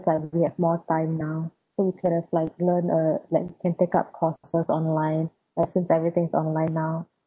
like we have more time now so we could have like learn a like can take up courses online ya since everything is online now